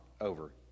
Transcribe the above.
over